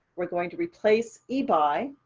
we're going to replace ebuy.